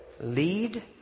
lead